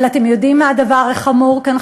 אבל אתם יודעים מה הדבר החמור כאן,